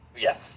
Yes